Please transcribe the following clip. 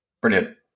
Brilliant